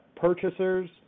Purchasers